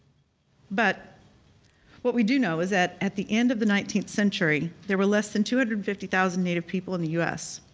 but what we do know is that at the end of the nineteenth century there were less than two hundred and fifty thousand native people in the us.